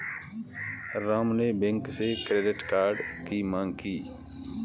राम ने बैंक से credit card की माँग की